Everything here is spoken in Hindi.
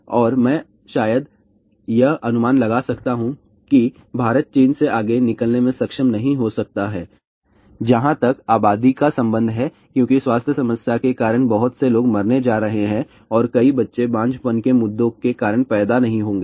और मैं शायद यह अनुमान लगा सकता हूं कि भारत चीन से आगे निकलने में सक्षम नहीं हो सकता है जहां तक आबादी का संबंध है क्योंकि स्वास्थ्य समस्या के कारण बहुत से लोग मरने जा रहे हैं और कई बच्चे बांझपन के मुद्दों के कारण पैदा नहीं होंगे